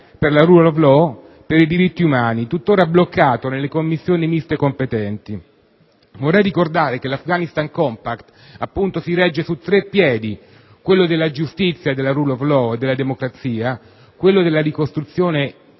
per la *rule of law*, per i diritti umani, tuttora bloccato nelle commissioni miste competenti. Vorrei ricordare che l'Afghanistan Compact si regge su tre piedi: quello della giustizia, della *rule of law* e della democrazia; quello della ricostruzione fisica delle